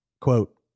Quote